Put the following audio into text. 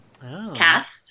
Cast